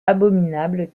abominable